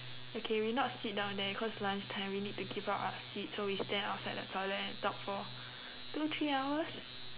okay we not sit down there cause lunch time we need to give up our seats so we stand outside the toilet and talk for two three hours